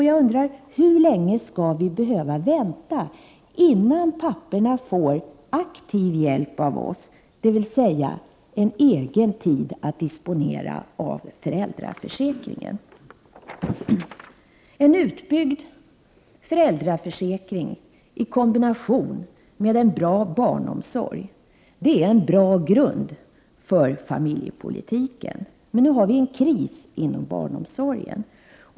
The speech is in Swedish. Jag undrar hur länge vi skall behöva vänta innan papporna får aktiv hjälp från oss, dvs. egen tid att disponera i föräldraförsäkringen. En utbyggd föräldraförsäkring i kombination med en bra barnomsorg är en bra grund för familjepolitiken. Nu har vi en kris inom barnomsorgen.